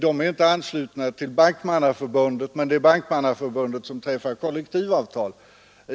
De är inte anslutna till Bankmannaförbundet, men det är Bankmannaförbundet som träffar kollektivavtal.